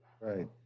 right